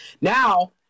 Now